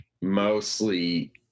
mostly